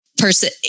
person